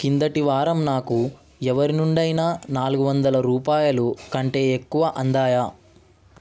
కిందటి వారం నాకు ఎవరి నుండి అయినా నాలుగు వందల రూపాయలు కంటే ఎక్కువ అందాయా